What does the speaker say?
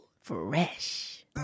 fresh